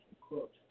Quote